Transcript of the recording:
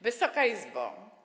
Wysoka Izbo!